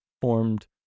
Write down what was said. formed